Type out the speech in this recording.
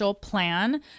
plan